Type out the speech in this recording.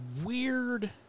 weird